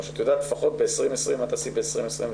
או שאת יודעת לפחות ב-2020 מה תעשי ב-2021.